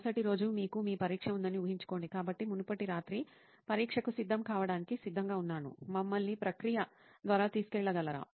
మరుసటి రోజు మీకు మీ పరీక్ష ఉందని ఊహించుకోండి కాబట్టి మునుపటి రాత్రి పరీక్షకు సిద్ధం కావడానికి సిద్ధంగా ఉన్నారు మమ్మల్ని ప్రక్రియ ద్వారా తీసుకెళ్ళగలరా